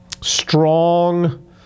strong